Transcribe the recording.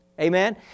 Amen